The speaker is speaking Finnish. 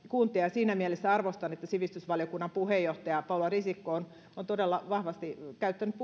kuntia ja siinä mielessä arvostan sitä että sivistysvaliokunnan puheenjohtaja paula risikko on on todella vahvasti käyttänyt